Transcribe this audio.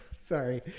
Sorry